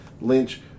Lynch